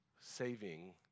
saving